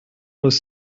was